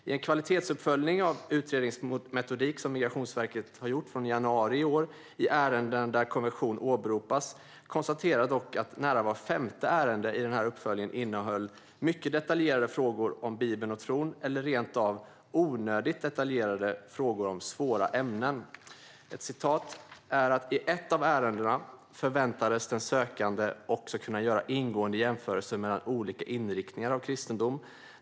I en kvalitetsuppföljning av utredningsmetodik som Migrationsverket har gjort från januari i år i ärenden där konversion åberopas konstateras dock att nära vart femte ärende i uppföljningen innehöll mycket detaljerade frågor om Bibeln och tron eller rent av onödigt detaljerade frågor om svåra ämnen. Där framgår också att i ett av ärendena förväntades den sökande också kunna göra ingående jämförelser mellan olika inriktningar av kristendom.